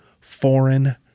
foreign